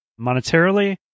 monetarily